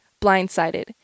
Blindsided